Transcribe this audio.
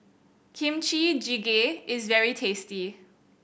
Kimchi Jjigae is very tasty